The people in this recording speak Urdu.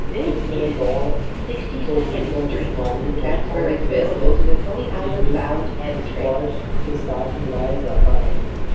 اس میں دوڑ کو دیگر جسمانی مشقوں جیسے جیمنگ اسکواش کے ساتھ ملایا جاتا ہے